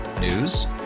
News